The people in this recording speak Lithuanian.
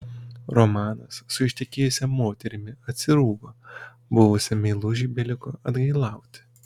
romanas su ištekėjusia moterimi atsirūgo buvusiam meilužiui beliko atgailauti